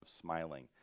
smiling